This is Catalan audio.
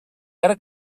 ara